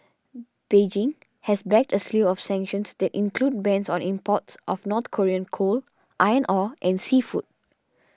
Beijing has backed a slew of sanctions that include bans on imports of North Korean coal iron ore and seafood